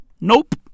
Nope